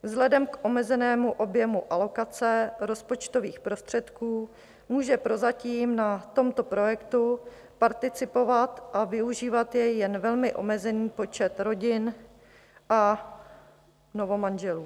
Vzhledem k omezenému objemu alokace rozpočtových prostředků může prozatím na tomto projektu participovat a využívat jej jen velmi omezený počet rodin a novomanželů.